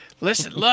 Listen